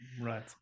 Right